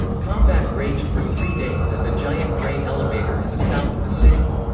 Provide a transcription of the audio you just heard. combat raged for three days at the giant grain elevator in the south of the city.